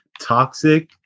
toxic